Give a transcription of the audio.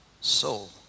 soul